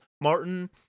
Martin